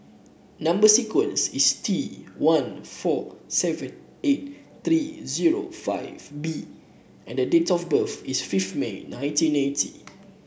number sequence is T one four seven eight three zero five B and the date of birth is fifth May nineteen eighty